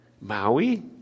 Maui